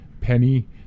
Penny